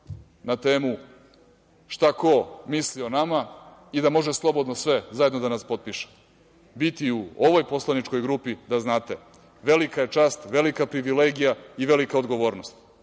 na temu šta ko misli o nama i da može slobodno sve zajedno da nas potpiše. Biti u poslaničkoj grupi, da znate, velika je čast, velika je privilegija i velika je odgovornost,